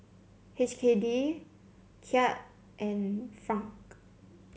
H K D Kyat and franc